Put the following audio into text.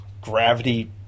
gravity